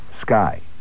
sky